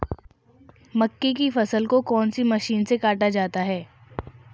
मक्के की फसल को कौन सी मशीन से काटा जाता है?